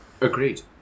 agreed